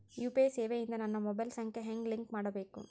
UPI ಸೇವೆ ಇಂದ ನನ್ನ ಮೊಬೈಲ್ ಸಂಖ್ಯೆ ಹೆಂಗ್ ಲಿಂಕ್ ಮಾಡಬೇಕು?